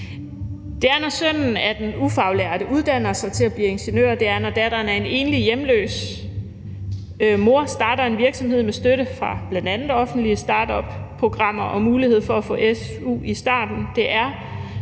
Det er, når sønnen af den ufaglærte uddanner sig til at blive ingeniør; det er, når datteren af en enlig hjemløs mor starter en virksomhed med støtte fra bl.a. offentlige startupprogrammer og med muligheden for at få su i starten;